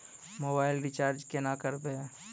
Mobile recharge केना करबै?